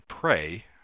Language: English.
pray